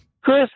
Chris